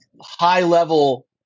high-level